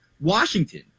Washington